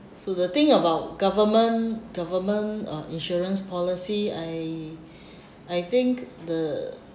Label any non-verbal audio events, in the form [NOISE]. so the thing about government government uh insurance policy I [BREATH] I think the